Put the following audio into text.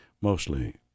mostly